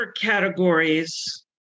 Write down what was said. categories